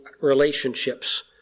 relationships